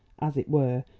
as it were,